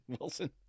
Wilson